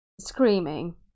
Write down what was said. screaming